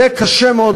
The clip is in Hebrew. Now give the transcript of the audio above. יהיה קשה מאוד,